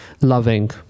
loving